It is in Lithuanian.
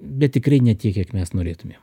bet tikrai ne tiek kiek mes norėtumėm